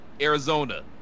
Arizona